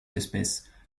espèces